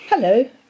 Hello